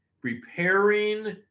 Preparing